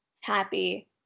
happy